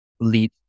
lead